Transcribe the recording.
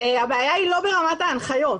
הבעיה היא לא ברמת ההנחיות,